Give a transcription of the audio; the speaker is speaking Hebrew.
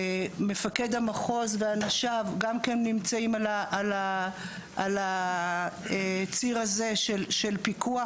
מפקד המחוז ואנשיו גם נמצאים על הציר הזה של פיקוח,